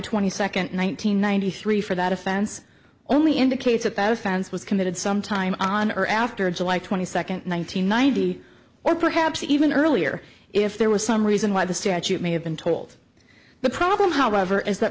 twenty second one nine hundred ninety three for that offense only indicates that that offense was committed some time on or after july twenty second one nine hundred ninety or perhaps even earlier if there was some reason why the statute may have been told the problem however is that